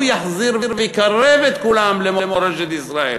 הוא יחזיר ויקרב את כולם למורשת ישראל,